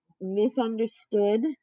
misunderstood